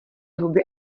huby